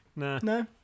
No